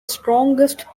strongest